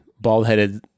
bald-headed